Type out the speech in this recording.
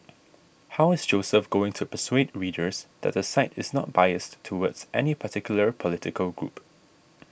how is Joseph going to persuade readers that the site is not biased towards any particular political group